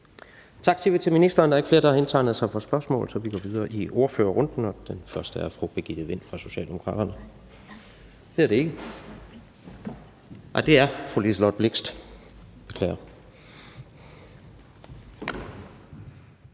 Vi siger tak til ministeren. Der er ikke flere, der har indtegnet sig for spørgsmål, så vi går videre i ordførerrunden, og den første er fru Birgitte Vind fra Socialdemokraterne. Det er det ikke? Nej, det er fru Liselott Blixt.